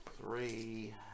three